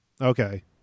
okay